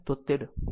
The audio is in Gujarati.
4 o